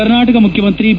ಕರ್ನಾಟಕ ಮುಖ್ಯಮಂತ್ರಿ ಬಿ